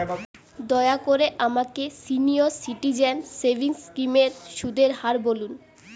দয়া করে আমাকে সিনিয়র সিটিজেন সেভিংস স্কিমের সুদের হার বলুন